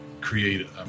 create